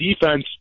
defense